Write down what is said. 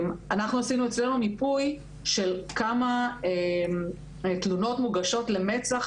אנחנו עשינו אצלינו מיפוי של כמה תלונות מוגשות למצ"ח